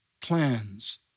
plans